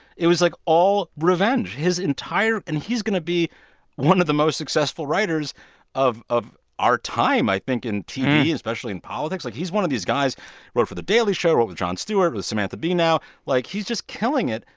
it was, like, all revenge. his entire and he's going to be one of the most successful writers of of our time, i think, in tv, especially in politics. like, he's one of these guys wrote for the daily show, wrote with jon stewart, with samantha b now. like, he's just killing it,